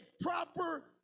proper